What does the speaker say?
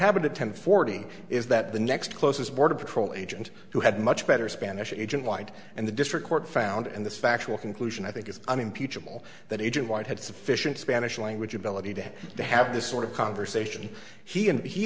happened at ten forty is that the next closest border patrol agent who had much better spanish agent white and the district court found and the factual conclusion i think is unimpeachable that agent white had sufficient spanish language ability to to have this sort of conversation he and he